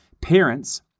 parents